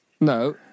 No